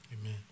amen